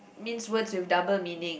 means words with double meaning